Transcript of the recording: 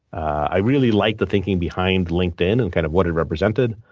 i really like the thinking behind linked in and kind of what it represented.